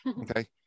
okay